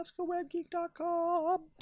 askawebgeek.com